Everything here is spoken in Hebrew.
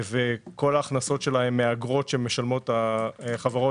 וכל הכנסותיה הן מהאגרות שמשלמות החברות